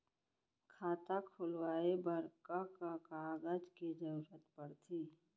खाता खोलवाये बर का का कागज के जरूरत पड़थे?